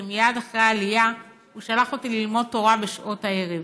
שמייד אחרי העלייה הוא שלח אותי ללמוד תורה בשעות הערב.